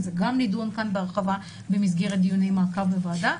זה גם נידון כאן בהרחבה במסגרת דיוני מעקב בוועדה.